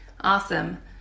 Awesome